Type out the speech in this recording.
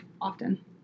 often